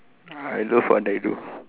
I love what I do